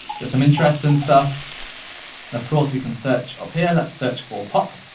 got some interesting stuff. and of course, we can search up here. let's search for pop.